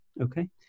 okay